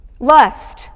Lust